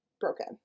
broken